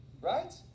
right